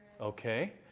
Okay